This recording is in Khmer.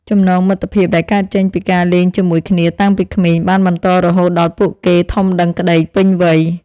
ចំណងមិត្តភាពដែលកើតចេញពីការលេងជាមួយគ្នាតាំងពីក្មេង បានបន្តរហូតដល់ពួកគេធំដឹងក្តីពេញវ័យ។